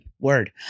Word